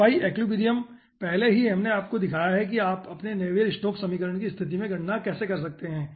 equilibrium पहले ही मैंने आपको दिखाया है कि आप अपने नेवियर स्टोक्स समीकरण की स्तिथि में कैसे गणना कर सकते हैं